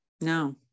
No